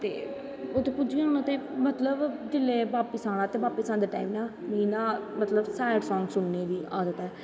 ते उत्थें पुज्जना ते मतलव जिसलै बापस आना ते बापस आंदे टैम लग्गना मीं ना सैड सांग सुननें दी बी आदत ऐ